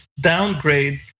downgrade